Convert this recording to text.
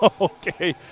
Okay